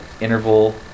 interval